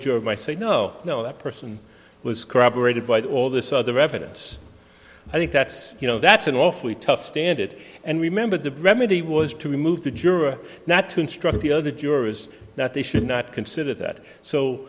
might say no no that person was corroborated by all this other evidence i think that's you know that's an awfully tough stand it and remember the remedy was to remove the juror not to instruct the other jurors that they should not consider that so